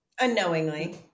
unknowingly